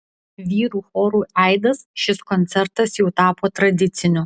vyrų chorui aidas šis koncertas jau tapo tradiciniu